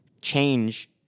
change